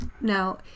Now